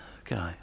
Okay